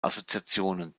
assoziationen